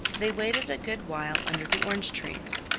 they waited a good while under the orange trees,